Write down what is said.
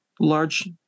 large